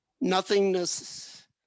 nothingness